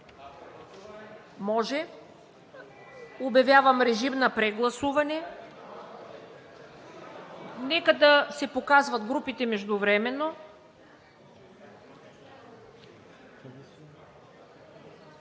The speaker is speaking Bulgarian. Обявявам режим на прегласуване. Нека да се показват групите междувременно.